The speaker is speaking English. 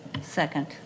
Second